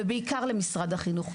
ובעיקר למשרד החינוך.